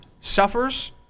suffers